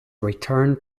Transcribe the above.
returned